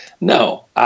No